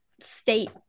state